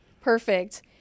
Perfect